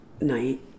night